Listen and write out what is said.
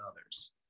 others